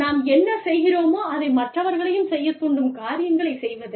நாம் என்ன செய்கிறோமோ அதை மற்றவர்களையும் செய்யத் தூண்டும் காரியங்களைச் செய்வது